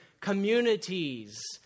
communities